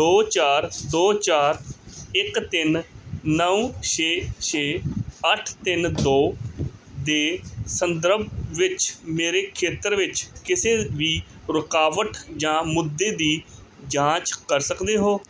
ਦੋ ਚਾਰ ਦੋ ਚਾਰ ਇੱਕ ਤਿੰਨ ਨੌਂ ਛੇ ਛੇ ਅੱਠ ਤਿੰਨ ਦੋ ਦੇ ਸੰਦਰਭ ਵਿੱਚ ਮੇਰੇ ਖੇਤਰ ਵਿੱਚ ਕਿਸੇ ਵੀ ਰੁਕਾਵਟ ਜਾਂ ਮੁੱਦੇ ਦੀ ਜਾਂਚ ਕਰ ਸਕਦੇ ਹੋ